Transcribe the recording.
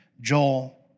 Joel